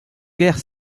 guerre